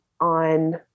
on